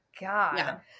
God